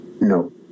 no